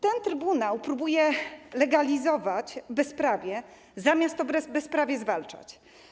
Ten trybunał próbuje legalizować bezprawie, zamiast bezprawie zwalczać.